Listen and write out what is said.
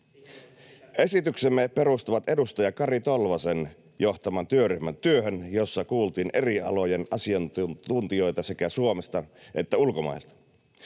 Esityksemme perustuvat edustaja Kari Tolvasen johtaman työryhmän työhön, jossa kuultiin eri alojen asiantuntijoita sekä Suomesta että ulkomailta.